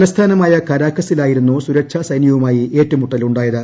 തലസ്ഥാനമായ കരാക്കസ്സിലായിരുന്നു സുരക്ഷാ സൈന്യവുമായി ഏറ്റുമുട്ടലുണ്ടായത്